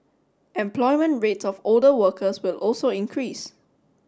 employment rates of older workers will also increase